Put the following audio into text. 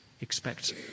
expect